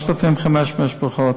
3,500 משפחות.